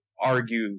argue